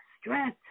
stress